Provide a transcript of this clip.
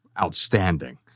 outstanding